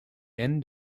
end